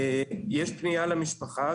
יש פנייה למשפחה,